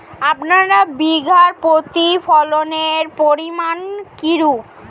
আপনার বিঘা প্রতি ফলনের পরিমান কীরূপ?